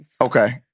Okay